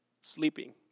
sleeping